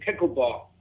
pickleball